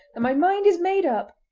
that my mind is made up!